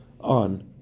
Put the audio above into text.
on